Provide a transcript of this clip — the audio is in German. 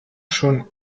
schon